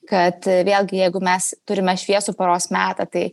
kad vėlgi jeigu mes turime šviesų paros metą tai